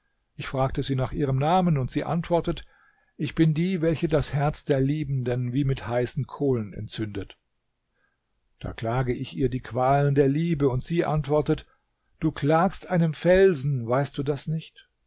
ich frage sie nach ihrem namen und sie antwortet ich bin die welche das herz der liebenden wie mit heißen kohlen entzündet da klage ich ihr die qualen der liebe und sie antwortet du klagst einem felsen weißt du das nicht